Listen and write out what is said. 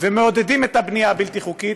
ומעודדים את הבנייה הבלתי-חוקית,